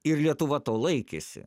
ir lietuva to laikėsi